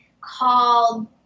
called